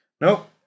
Nope